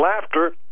laughter